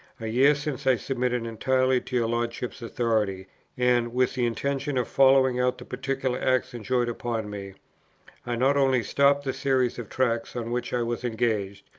a year since i submitted entirely to your lordship's authority and, with the intention of following out the particular act enjoined upon me, i not only stopped the series of tracts, on which i was engaged,